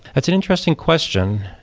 that's an interesting question,